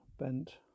bent